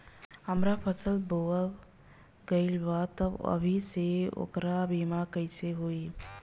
हमार फसल बोवा गएल बा तब अभी से ओकर बीमा कइसे होई?